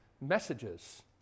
messages